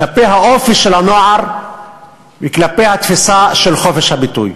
כלפי האופי של הנוער וכלפי התפיסה של חופש הביטוי.